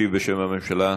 ישיב בשם הממשלה.